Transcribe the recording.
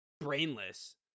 brainless